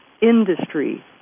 industry